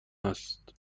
هست